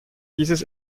dieses